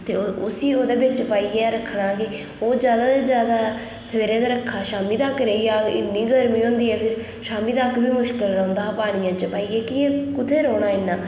ते उसी ओह्दे बिच्च पाइयै रक्खना कि ओह् ज्यादा शा ज्यादा सबेरे दा रक्खा शामी तक रेही जाह्ग इन्नी गर्मी होंदी ऐ फेर शामी तक बी मुश्कल रौंह्दा हा पानियै च भई एह् कुत्थें रौह्ना इन्ना